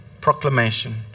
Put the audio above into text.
proclamation